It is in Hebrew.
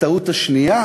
הטעות השנייה